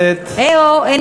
home?